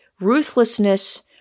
ruthlessness